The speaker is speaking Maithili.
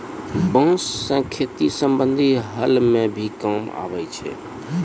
बांस सें खेती संबंधी हल म भी काम आवै छै